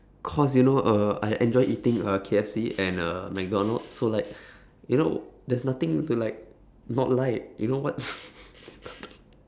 cause you know uh I enjoy eating uh K_F_C and uh mcdonalds so like you know there is nothing to like not like you know what